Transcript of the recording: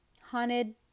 haunted